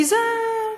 כי זה,